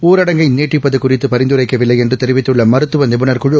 ஊரடங்கை நீட்டிப்பதுகுறித்துபரிந்துரைக்கவில்லைஎன்றுதெரிவித்துள்ளமருத்துவநிபுணர் குழு